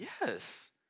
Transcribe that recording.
Yes